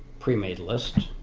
pre-made list